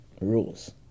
rules